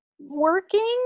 working